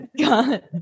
god